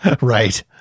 Right